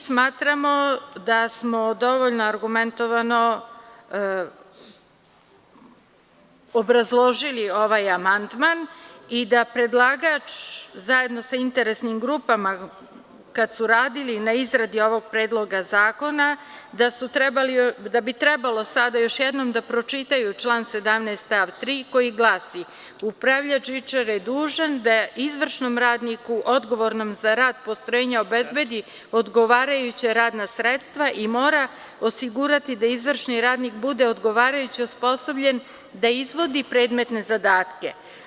Smatramo da smo dovoljno argumentovano obrazložili ovaj amandman i da predlagač, zajedno sa interesnim grupama, kada su radili na izradi ovog predloga zakona, da bi trebalo sada još jednom da pročitaju član 17. stav 3. koji glasi: „Upravljač žičare je dužan da izvršnom radniku odgovornom za rad postrojenja obezbedi odgovarajuća radna sredstva i mora osigurati da izvršni radnik bude odgovarajuće osposobljen da izvodi predmetne zadatke“